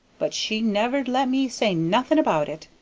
but she never'd let me say nothing about it.